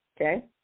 Okay